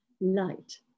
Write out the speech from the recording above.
light